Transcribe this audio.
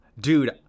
Dude